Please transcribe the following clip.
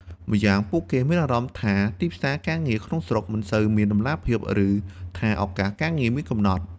ម្យ៉ាងពួកគេអាចមានអារម្មណ៍ថាទីផ្សារការងារក្នុងស្រុកមិនសូវមានតម្លាភាព ឬថាឱកាសការងារមានកំណត់។